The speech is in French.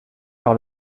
par